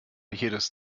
jedes